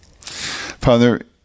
Father